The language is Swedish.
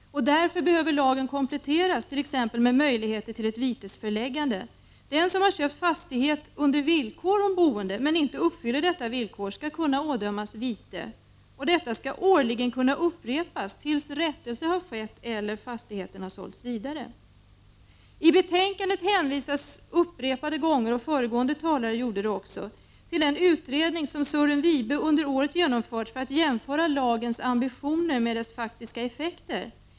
Därför behöver lagen kompletteras, t.ex. med möjligheter till vitesföreläggande. Den som köpt fastighet under villkor om boende men inte uppfyller detta villkor skall kunna föreläggas vite. Detta skall årligen kunna upprepas tills rättelse har skett eller fastigheten sålts vidare. I betänkandet hänvisas upprepade gånger - och även föregående talare gjorde det - till den utredning som Sören Wibe under året genomfört för att jämföra lagens ambitioner med dess faktiska effekter.